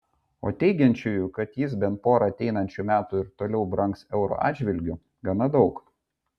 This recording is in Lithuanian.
o teigiančiųjų kad jis bent porą ateinančių metų ir toliau brangs euro atžvilgiu gana daug